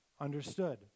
understood